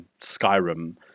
Skyrim